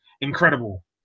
incredible